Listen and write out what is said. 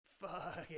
Fuck